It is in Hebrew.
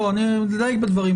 נדייק בדברים.